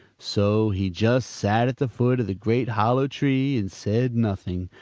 so he just sat at the foot of the great hollow tree and said nothing,